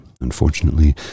Unfortunately